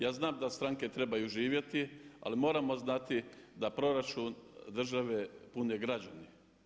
Ja znam da stranke trebaju živjeti ali moramo znati da proračun države pune građani.